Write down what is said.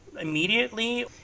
immediately